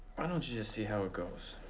why don't you just see how it goes?